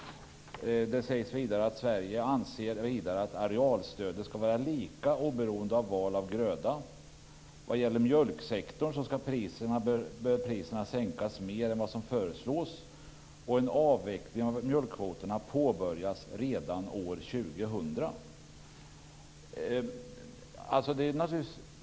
Det sägs vidare att Sverige anser att arealstödet skall vara lika oberoende av val av gröda. Vad gäller mjölksektorn bör priserna sänkas mer än vad som föreslås och en avveckling av mjölkkvoterna påbörjas redan år 2000.